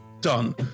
done